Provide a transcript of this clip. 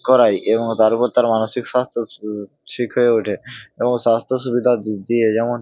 করায় এবং তারপর তার মানসিক স্বাস্থ্য ঠিক হয়ে ওঠে এবং স্বাস্থ্য সুবিধা দিয়ে যেমন